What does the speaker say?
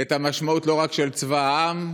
את המשמעות לא רק של צבא העם,